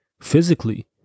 physically